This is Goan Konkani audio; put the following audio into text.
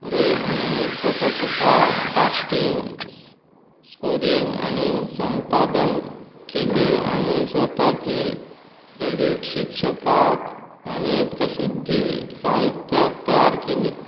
रे हाणें पटकथा कास्टिंग स्कोरिंग आनी संपादन केलें आनी स्वताचीं क्रेडिट शिर्षकां आनी प्रसिध्दी साहित्य तयार केलें